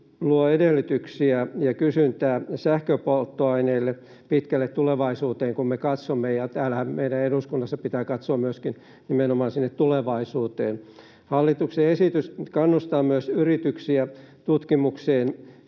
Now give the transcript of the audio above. luo edellytyksiä ja kysyntää sähköpolttoaineille pitkälle tulevaisuuteen, kun me katsomme tulevaisuuteen, ja täällä eduskunnassahan meidän pitää katsoa myöskin nimenomaan sinne tulevaisuuteen. Hallituksen esitys kannustaa myös yrityksiä tutkimukseen,